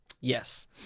Yes